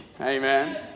amen